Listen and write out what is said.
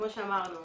כמו שאמרנו,